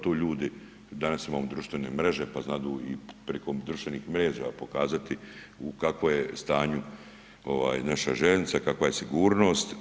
Tu ljudi danas imamo društvene mreže pa znadu i priko društvenih mreža pokazati u kakvom je stanju ovaj naša željeznica, kakva je sigurnost.